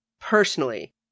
personally